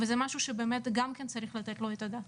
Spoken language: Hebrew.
וזה משהו שבאמת גם כן צריך לתת לו את הדעת.